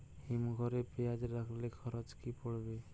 হিম ঘরে পেঁয়াজ রাখলে খরচ কি পড়বে?